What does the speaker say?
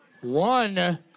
One